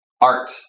art